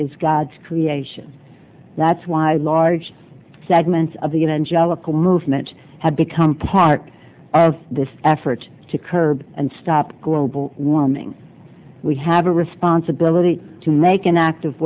is god's creation that's why large segments of the un jellicoe movement have become part of this effort to curb and stop global warming we have a responsibility to make an act